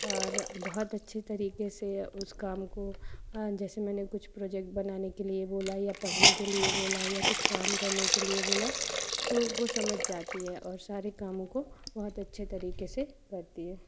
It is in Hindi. और बहुत अच्छे तरीके से उस काम को जैसे मैंने कुछ प्रोजेक्ट बनाने के लिए बोला या पढ़ने के लिए बोला या कुछ काम करने के लिए बोला तो वो समझ जाती है और सारे कामों को बहुत अच्छे तरीके से करती है